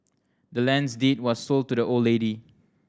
the land's deed was sold to the old lady